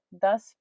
thus